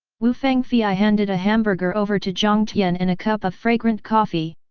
wu fangfei handed a hamburger over to jiang tian and a cup of fragrant coffee.